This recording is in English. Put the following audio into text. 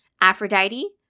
Aphrodite